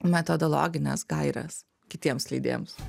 metodologines gaires kitiems leidėjams